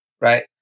right